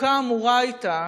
החוקה אמורה היתה